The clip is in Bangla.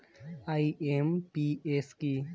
আই.এম.পি.এস কি?